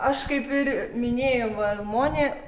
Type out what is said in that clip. aš kaip ir minėjau almonė